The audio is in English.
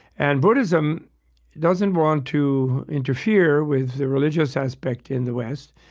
and buddhism doesn't want to interfere with the religious aspect in the west.